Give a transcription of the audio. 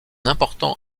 important